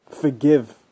Forgive